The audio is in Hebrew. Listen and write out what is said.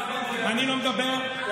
אני לא מדבר,